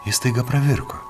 jis staiga pravirko